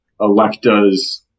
Electa's